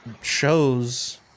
shows